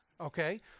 okay